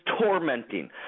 tormenting